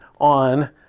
on